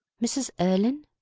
mrs. erlynne?